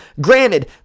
granted